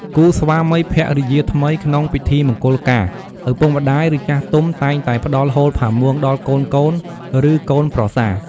គូស្វាមីភរិយាថ្មី ក្នុងពិធីមង្គលការ ឪពុកម្តាយ ឬចាស់ទុំតែងតែផ្តល់ហូលផាមួងដល់កូនៗ ឬកូនប្រសា។